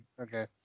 Okay